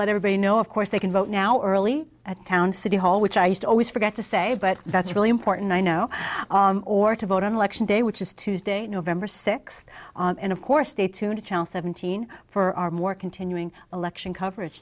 let everybody know of course they can vote now early at town city hall which i used to always forget to say but that's really important i know or to vote on election day which is tuesday november sixth and of course stay tuned to channel seventeen for our more continuing election coverage